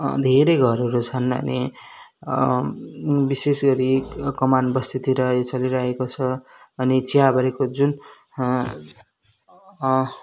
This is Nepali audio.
धेरै घरहरू छन् अनि विशेष गरी कमान बस्तीतिर यो चलिरहेको छ अनि चियाबारीको जुन